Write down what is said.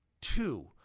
Two